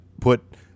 put